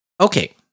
okay